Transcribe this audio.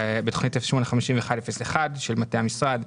בתוכנית 08-51-01 של מטה המשרד: